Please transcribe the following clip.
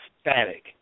static